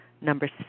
number